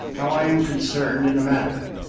how i am concerned in the matter.